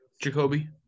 Jacoby